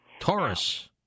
Taurus